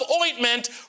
ointment